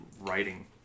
writing